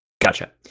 Gotcha